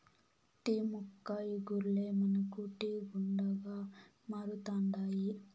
tea మొక్క ఇగుర్లే మనకు టీ గుండగా మారుతండాయి